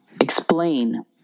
explain